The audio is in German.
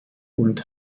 und